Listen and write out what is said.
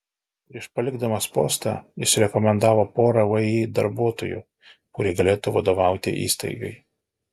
prieš palikdamas postą jis rekomendavo porą vį darbuotojų kurie galėtų vadovauti įstaigai